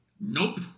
Nope